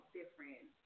different